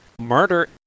murder